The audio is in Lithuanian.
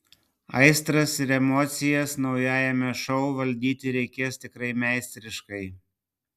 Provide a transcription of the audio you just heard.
aistras ir emocijas naujajame šou valdyti reikės tikrai meistriškai